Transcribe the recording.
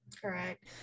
Correct